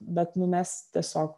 bet nu mes tiesiog